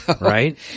right